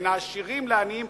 בין העשירים והעניים?